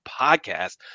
podcast